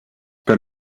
per